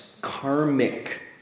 karmic